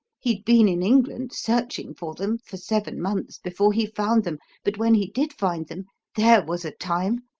he'd been in england searching for them for seven months before he found them but when he did find them there was a time!